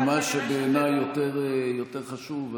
מה שבעיניי יותר חשוב,